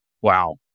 Wow